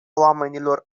oamenilor